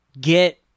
get